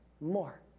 more